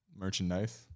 merchandise